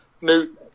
new